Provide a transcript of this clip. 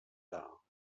dar